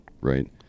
right